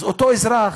אז אותו אזרח,